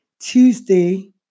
Tuesday